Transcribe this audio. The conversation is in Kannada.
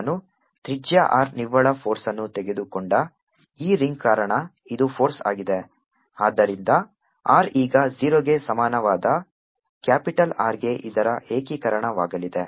ನಾನು ತ್ರಿಜ್ಯ r ನಿವ್ವಳ ಫೋರ್ಸ್ಅನ್ನು ತೆಗೆದುಕೊಂಡ ಈ ರಿಂಗ್ ಕಾರಣ ಇದು ಫೋರ್ಸ್ ಆಗಿದೆ ಆದ್ದರಿಂದ r ಈಗ 0 ಗೆ ಸಮಾನವಾದ ಕ್ಯಾಪಿಟಲ್ R ಗೆ ಇದರ ಏಕೀಕರಣವಾಗಲಿದೆ